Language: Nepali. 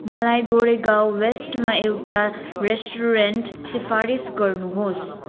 मलाई गोरेगाउँ वेस्टमा एउटा रेस्टुरेन्ट सिफारिस गर्नुहोस्